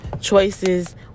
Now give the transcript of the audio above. choices